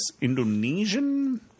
Indonesian